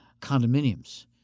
condominiums